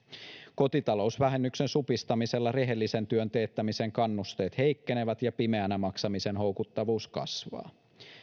kotitalousvähennyksen supistamisella rehellisen työn teettämisen kannusteet heikkenevät ja pimeänä maksamisen houkuttavuus kasvaa